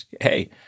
hey